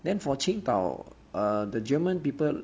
then for 青岛 err the german people